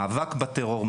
מאבק בטרור,